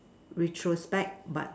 retrospect but